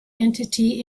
entity